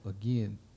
again